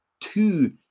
two